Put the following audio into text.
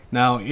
now